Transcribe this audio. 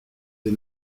des